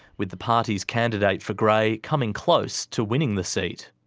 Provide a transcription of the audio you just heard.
with the party's candidate for grey coming close to winning the seat.